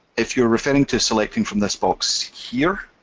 if you're referring to selecting from this box here,